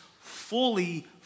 fully